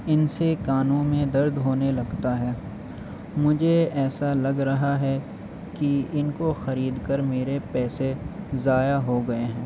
ان سے کانوں میں درد ہونے لگتا ہے مجھے ایسا لگ رہا ہے کہ ان کو خرید کر میرے پیسے ضائع ہو گیے ہیں